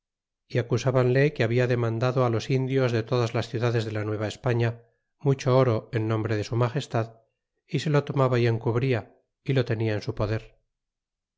embarcar y acusbanle que habla demandado los indios de todas las ciudadas de la nueva españa mucho oro en nombre de su magestad y se lo tomaba y encubria y lo tenia en su poder